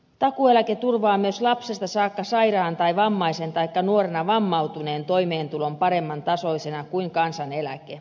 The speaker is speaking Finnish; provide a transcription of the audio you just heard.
takuueläke turvaa myös lapsesta saakka sairaan tai vammaisen taikka nuorena vammautuneen toimeentulon paremman tasoisena kuin kansaneläke